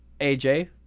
AJ